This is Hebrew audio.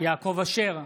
יעקב אשר,